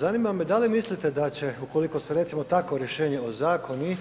Zanima me, da li mislite da će, ukoliko se recimo takvo rješenje ozakoni,